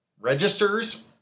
registers